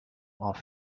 off